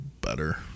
better